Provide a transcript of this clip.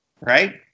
right